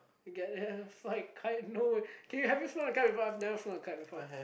get a fly kite no can you have you flown a kite before I have never flown a kite before